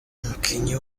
umukinnyi